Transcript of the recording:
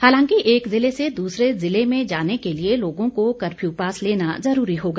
हालांकि एक जिले से दूसरे जिले में जाने के लिए लोगों को कर्फ्यू पास लेना ज़रूरी होगा